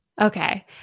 Okay